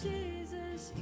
Jesus